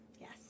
Yes